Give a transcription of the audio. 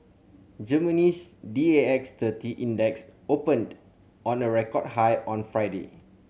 Germany's D A X thirty Index opened on a record high on Friday